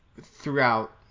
throughout